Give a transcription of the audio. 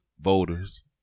Voters